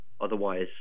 otherwise